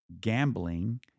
gambling